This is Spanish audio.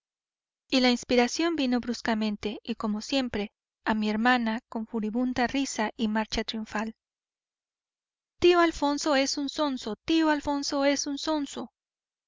y la inspiración vino bruscamente y como siempre a mi hermana con furibunda risa y marcha triunfal tío alfonso es un zonzo tío alfonso es un zonzo